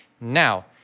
Now